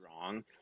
wrong